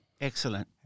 Excellent